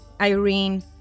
irene